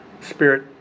Spirit